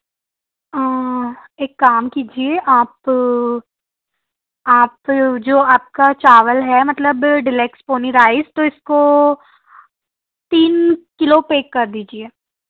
एक काम कीजिए आप आप जो आपका चावल है मतलब डेलेक्स पोनी राइस तो इसको तीन किलो पेक कर दीजिए